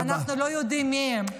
ואנחנו לא יודעים מי הם,